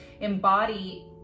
embody